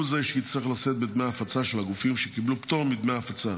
הוא זה שיצטרך לשאת בדמי ההפצה של הגופים שקיבלו פטור מדמי הפצה,